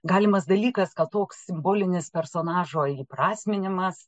galimas dalykas kad toks simbolinis personažo įprasminimas